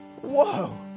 Whoa